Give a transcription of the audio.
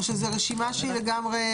או שזו רשימה שהיא לגמרי,